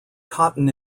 cotton